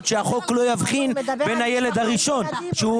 משפחה זה כמה ילדים שיש.